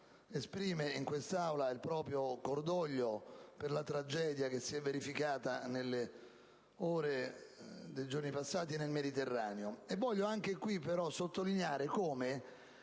esprime in questa Aula il proprio cordoglio per la tragedia che si è verificata nei giorni passati nel Mediterraneo.